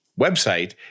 website